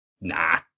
Nah